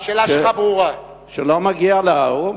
שלא מגיע להוא,